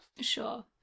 Sure